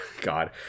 God